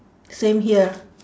same here